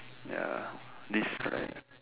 ya this